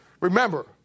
Remember